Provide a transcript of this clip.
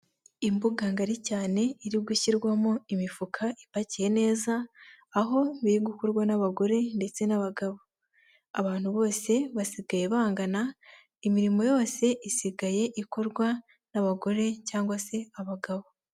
Imbuga ngari cyane iri gushyirwamo imifuka ipakiye neza, aho biri gukorwa n'abagore ndetse n'abagabo. Abantu bose basigaye bangana, imirimo yose isigaye ikorwa n'abagore cyangwa se abagabo.